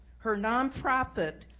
her nonprofit,